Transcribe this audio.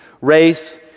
Race